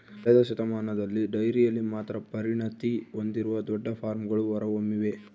ಕಳೆದ ಶತಮಾನದಲ್ಲಿ ಡೈರಿಯಲ್ಲಿ ಮಾತ್ರ ಪರಿಣತಿ ಹೊಂದಿರುವ ದೊಡ್ಡ ಫಾರ್ಮ್ಗಳು ಹೊರಹೊಮ್ಮಿವೆ